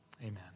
Amen